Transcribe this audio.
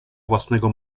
własnego